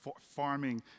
farming